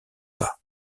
pas